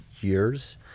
years